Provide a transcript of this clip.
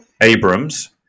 Abrams